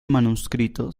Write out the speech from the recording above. manuscrito